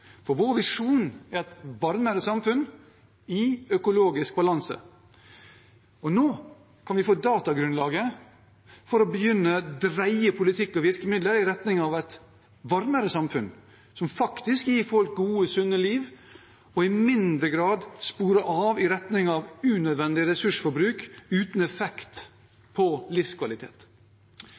Vår visjon er et varmere samfunn i økologisk balanse. Og nå kan vi få datagrunnlaget for å begynne å dreie politikk og virkemidler i retning av et varmere samfunn, som faktisk gir folk et godt, sunt liv, og i mindre grad sporer av i retning av unødvendig ressursforbruk uten effekt på livskvalitet.